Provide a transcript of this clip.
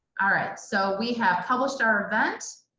all right, so we have published our events.